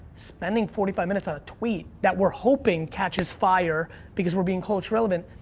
spending forty five minutes on a tweet that we're hoping catches fire because we're being culture relevant,